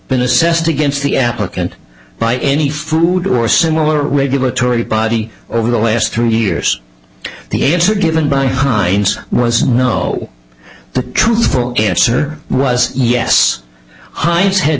been assessed against the applicant by any food or similar regulatory body over the last three years the answer given by heinz was no the truthful answer was yes heinz had